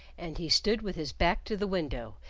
and he stood with his back to the window,